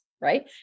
right